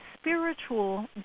spiritual